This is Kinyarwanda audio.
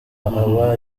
aba